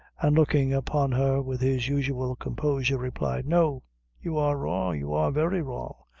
and looking upon her with his usual composure, replied no you are wrong you are very wrong.